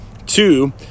Two